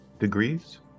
degrees